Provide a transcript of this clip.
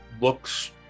looks